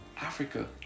Africa